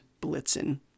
Blitzen